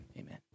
Amen